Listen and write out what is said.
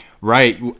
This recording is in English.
Right